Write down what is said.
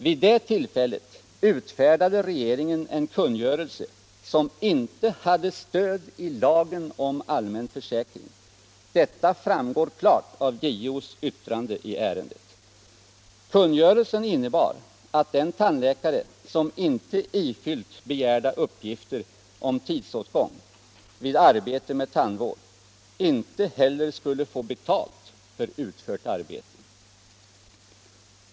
Vid det tillfället utfärdade regeringen en kungörelse som inte hade stöd i lagen om allmän försäkring. Detta framgår klart av JO:s yttrande i ärendet. Kungörelsen innebar att den tandläkare som inte ifyllt begärda uppgifter om tidsåtgång vid arbetet med tandvård inte heller skulle få betalt för utfört arbete.